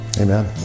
amen